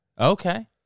okay